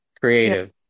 creative